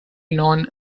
non